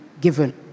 given